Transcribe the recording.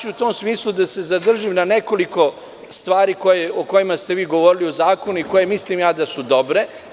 U tom smislu ću se zadržati na nekoliko stvari o kojima ste vi govorili u zakoniku, i o kojima mislim da su dobre.